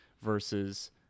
versus